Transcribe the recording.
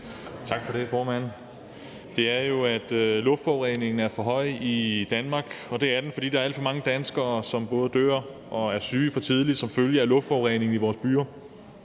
Tak for det, formand. Det er jo sådan, at luftforureningen er for høj i Danmark, og det er den, fordi der er alt for mange danskere, som både dør for tidligt og bliver syge som følge af luftforureningen i vores byer.